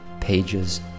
pages